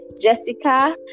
Jessica